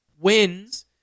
wins